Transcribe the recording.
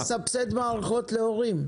היא אמרה: תסבסד מערכות להורים.